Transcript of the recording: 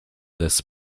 this